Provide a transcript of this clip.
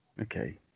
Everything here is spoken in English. okay